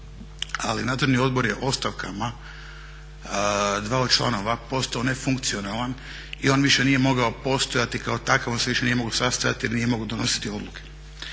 ali Nadzorni odbor je ostavkama dvaju članova postao nefunkcionalan i on više nije mogao postojati kao takav, on se više nije mogao sastajati jer nije mogao donositi odluke.